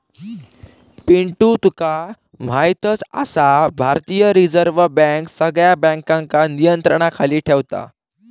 पिंटू तुका म्हायतच आसा, भारतीय रिझर्व बँक सगळ्या बँकांका नियंत्रणाखाली ठेवता